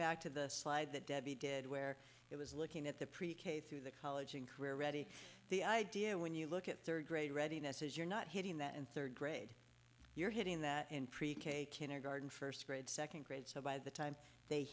back to the slide that debbie did where it was looking at the pre k through the college and career ready the idea when you look at third grade readiness is you're not hitting that and third grade you're hitting that in pre k kindergarten first grade second grade so by the time they